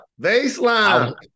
baseline